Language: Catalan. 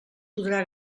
podrà